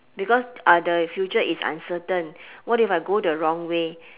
because uh the future is uncertain what if I go the wrong way